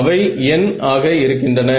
அவை n ஆக இருக்கின்றன